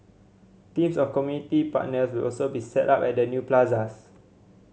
teams of community partners will also be set up at the new plazas